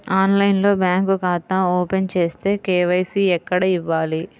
ఆన్లైన్లో బ్యాంకు ఖాతా ఓపెన్ చేస్తే, కే.వై.సి ఎక్కడ ఇవ్వాలి?